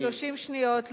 30 שניות,